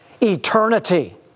eternity